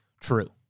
true